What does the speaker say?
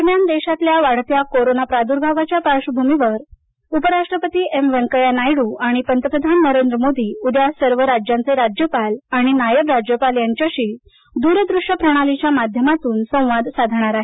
दरम्यान देशातल्या वाढत्या कोरोना प्रादुर्भावाच्या पार्वभूमीवर उपराष्ट्रपती एम व्यकय्या नायडू आणि पंतप्रधान नरेंद्र मोदी उद्या सर्व राज्यांचे राज्यपाल आणि नायब राज्यपाल यांच्याशी दूरदृष्य प्रणालीच्या माध्यमातून संवाद साधणार आहेत